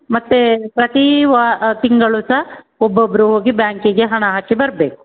ಮತ್ತೆ ಪ್ರತಿ ವಾ ತಿಂಗಳು ಸಹ ಒಬ್ಬೊಬ್ಬರು ಹೋಗಿ ಬ್ಯಾಂಕಿಗೆ ಹಣ ಹಾಕಿ ಬರಬೇಕು